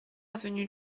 avenue